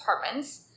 apartments